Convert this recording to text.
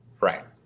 Right